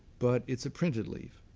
but it's a printed leaf.